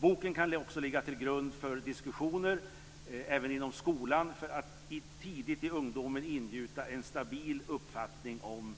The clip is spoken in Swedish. Boken kan också ligga till grund för diskussioner inom skolan för att tidigt i ungdomen ingjuta en stabil uppfattning om